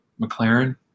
McLaren